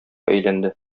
әйләнде